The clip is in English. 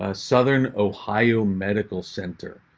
ah southern ohio medical center